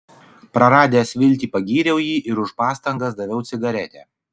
praradęs viltį pagyriau jį ir už pastangas daviau cigaretę